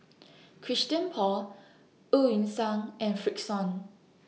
Christian Paul EU Yan Sang and Frixion